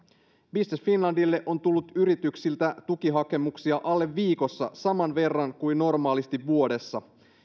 business finlandille on tullut yrityksiltä tukihakemuksia alle viikossa saman verran kuin normaalisti vuodessa